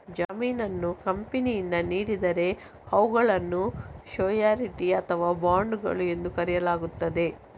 ಜಾಮೀನನ್ನು ಕಂಪನಿಯಿಂದ ನೀಡಿದರೆ ಅವುಗಳನ್ನು ಶ್ಯೂರಿಟಿ ಅಥವಾ ಬಾಂಡುಗಳು ಎಂದು ಕರೆಯಲಾಗುತ್ತದೆ